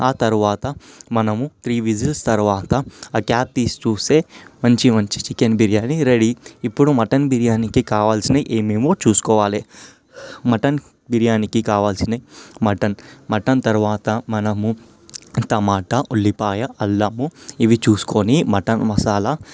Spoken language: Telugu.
ఆ తరువాత మనము త్రీ విజిల్స్ తరువాత ఆ క్యాప్ తీసి చూస్తే మంచి మంచి చికెన్ బిర్యాని రెడీ ఇప్పుడు మటన్ బిర్యానీకి కావలసినవి ఏమేమో చూసుకోవాలి మటన్ బిర్యానీకి కావలసినవి మటన్ మటన్ తరువాత మనము టమాట ఉల్లిపాయ అల్లము ఇవి చూసుకొని మటన్ మసాలా